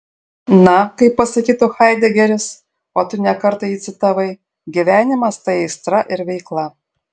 na kaip pasakytų haidegeris o tu ne kartą jį citavai gyvenimas tai aistra ir veikla